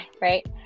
Right